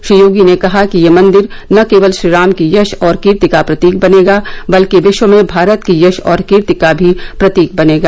श्री योगी ने कहा कि यह मंदिर न केवल श्रीराम की यश और कीर्ति का प्रतीक बनेगा बल्क विश्व में भारत की यश और कीर्ति का भी प्रतीक बनेगा